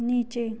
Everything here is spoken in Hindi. नीचे